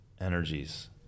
energies